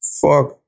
Fuck